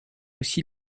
aussi